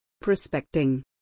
Prospecting